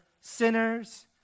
sinners